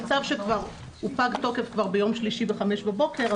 זה צו שכבר פג תוקפו ביום שלישי בחמש בבוקר,